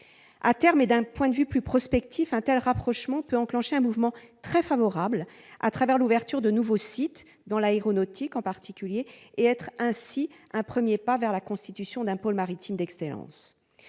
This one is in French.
À terme, et d'un point de vue plus prospectif, un tel rapprochement peut enclencher un mouvement très favorable, à travers l'ouverture de nouveaux sites, dans le secteur de l'aéronautique en particulier, et être ainsi un premier pas vers la constitution d'un pôle maritime d'excellence.